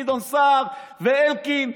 גדעון סער ואלקין,